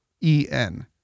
E-N